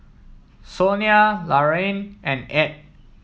Sonia Laraine and Edd